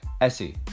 Essie